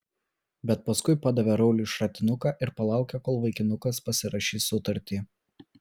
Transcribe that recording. bet paskui padavė rauliui šratinuką ir palaukė kol vaikinukas pasirašys sutartį